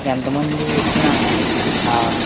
ఎంతమంది ఎక్కిన ఆ